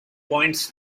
points